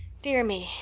dear me,